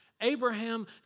Abraham